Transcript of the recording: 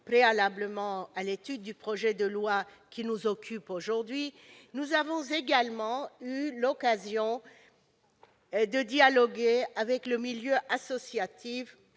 préalablement à l'examen du projet de loi qui nous occupe aujourd'hui, nous avons également eu l'occasion de dialoguer avec le milieu associatif